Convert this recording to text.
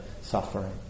suffering